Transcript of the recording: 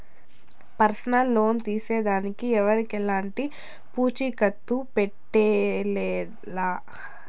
personal loan తీసేదానికి ఎవరికెలంటి పూచీకత్తు పెట్టేదె లా